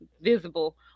visible